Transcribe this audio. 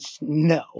No